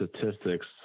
statistics